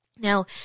Now